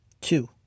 Two